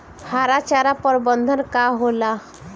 हरा चारा प्रबंधन का होला?